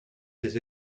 ses